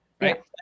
right